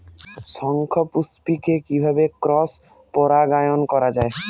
শঙ্খপুষ্পী কে কিভাবে ক্রস পরাগায়ন করা যায়?